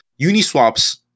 Uniswaps